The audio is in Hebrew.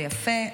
זה יפה.